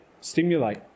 stimulate